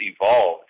evolved